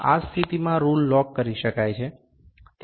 આ સ્થિતિમાં rule lock કરી શકાય છે